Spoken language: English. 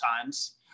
times